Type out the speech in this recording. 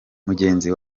mugenzi